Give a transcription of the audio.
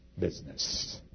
business